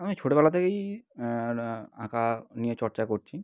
আমি ছোটোবেলা থেকেই এটা আঁকা নিয়ে চর্চা করছি